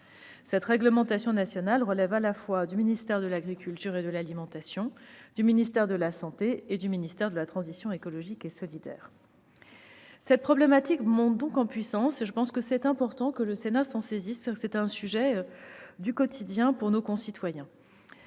Cette réglementation nationale relève à la fois du ministère de l'agriculture et de l'alimentation, du ministère de la santé et du ministère de la transition écologique et solidaire. La problématique monte donc en puissance. Il me semble important que le Sénat s'en saisisse. C'est un sujet du quotidien pour nos concitoyens.